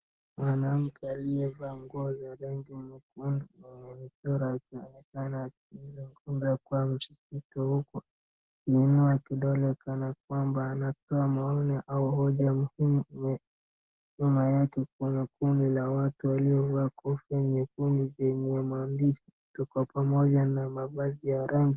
Mwanamke aliyevaa nguo za rangi nyekundu anaonekana kwa mzito na huko. Ameinua kidole kana kwamba anatoa maoni au hoja muhimu. Nyuma yake kuna kundi la watu waliovaa kofia nyekundu zenye maandishi. Tuko pamoja na mavazi ya rangi.